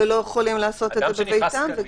ולא יכולים לעשות את זה בביתם.